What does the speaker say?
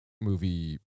movie